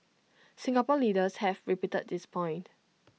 Singapore leaders have repeated this point